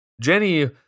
Jenny